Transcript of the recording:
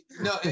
no